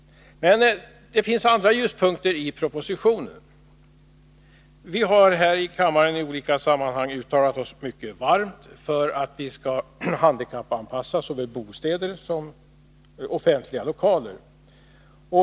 Men det finns andra ljuspunkter i propositionen. Vi har här i kammaren i olika sammanhang uttalat oss mycket varmt för att man skall handikappanpassa såväl bostäder som offentliga lokaler.